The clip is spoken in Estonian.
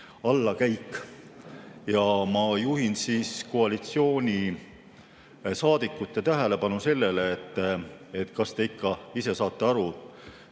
allakäik. Ma juhin koalitsioonisaadikute tähelepanu sellele, et kas te ikka ise saate aru